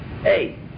Hey